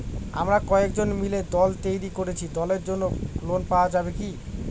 আমরা কয়েকজন মিলে দল তৈরি করেছি দলের জন্য ঋণ পাওয়া যাবে কি?